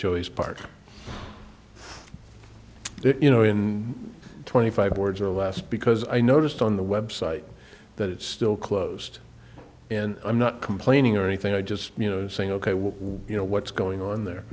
joey's part you know in twenty five words or less because i noticed on the website that it's still closed and i'm not complaining or anything i just you know saying ok well you know what's going on there